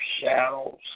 shadows